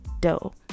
dough